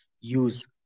use